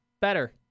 better